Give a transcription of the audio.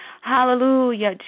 Hallelujah